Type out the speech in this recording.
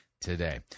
today